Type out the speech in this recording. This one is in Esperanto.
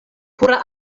pura